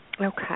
Okay